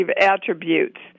attributes